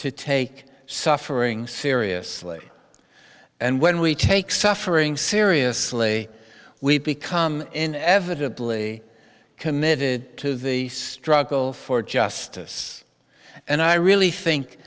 to take suffering seriously and when we take suffering seriously we become in evidently committed to the struggle for justice and i really think